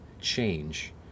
change